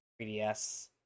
3DS